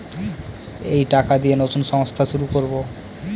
এই টাকা দিয়ে নতুন সংস্থা শুরু করবো